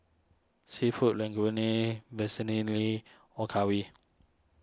Seafood Linguine Vermicelli Okayu